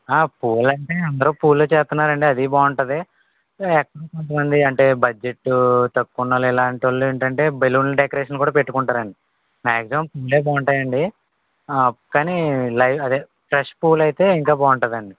పూలంటే అందరూ పూలే చేస్తున్నారండి అదీ బాగుంటుంది అంటే బడ్జెట్టు తక్కువ ఉన్న వాళ్ళు ఇలాంటి వాళ్ళు ఏంటంటే బెలూన్ డెకరేషన్ కూడా పెట్టుకుంటారండి మ్యాగ్జిమమ్ పూలే బాగుంటాయండి కానీ లైవ్ అదే ఫ్రెష్ పూలైతే ఇంకా బాగుంటుందండి